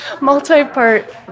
multi-part